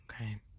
Okay